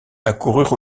accoururent